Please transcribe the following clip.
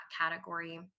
category